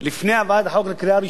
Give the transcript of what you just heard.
לפני הבאת החוק לקריאה ראשונה,